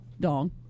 dong